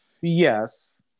Yes